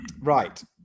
Right